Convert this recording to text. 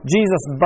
Jesus